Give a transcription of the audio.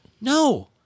no